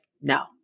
no